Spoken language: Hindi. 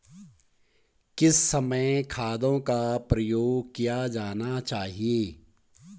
किस समय खादों का प्रयोग किया जाना चाहिए?